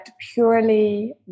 purely